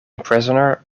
prisoner